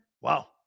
wow